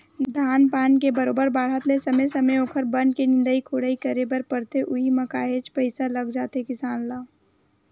धान पान के बरोबर बाड़हत ले समे समे ओखर बन के निंदई कोड़ई करे बर परथे उहीं म काहेच पइसा लग जाथे किसान ल